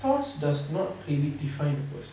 thoughts does not clearly define a person